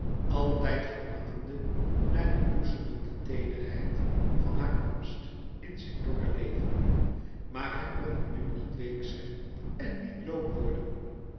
altijd verlangende naar de bloesemende teederheid van haar komst in zijn dorre leven maar hij mocht nu niet week zijn en niet loom worden